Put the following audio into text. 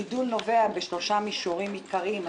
הגידול נובע בשלושה מישורים עיקריים.